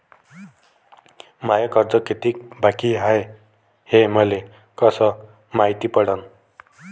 माय कर्ज कितीक बाकी हाय, हे मले कस मायती पडन?